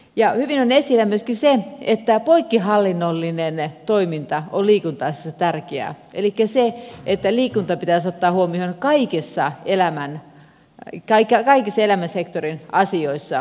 ja hyvin on esillä myöskin se että poikkihallinnollinen toiminta on liikunnassa tärkeää elikkä se että liikunta pitäisi ottaa huomioon kaikkien elämän sektorien asioissa